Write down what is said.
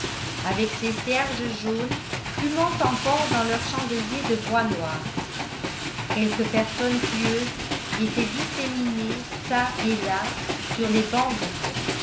avec ses cierges jaunes fumant encore dans leurs chandeliers de bois noir quelques personnes pieuses étaient disséminées çà et là sur les bancs vides